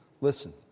Listen